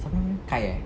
siapa nama dia khai eh